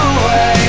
away